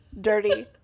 dirty